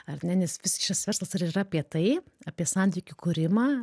ar ne nes visas šis verslas ir yra apie tai apie santykių kūrimą